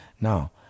Now